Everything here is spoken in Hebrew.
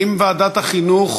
האם ועדת החינוך